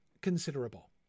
considerable